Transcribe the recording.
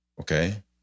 Okay